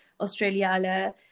Australia